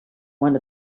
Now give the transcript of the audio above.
one